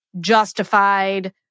justified